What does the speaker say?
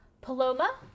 Paloma